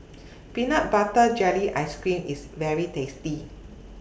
Peanut Butter Jelly Ice Cream IS very tasty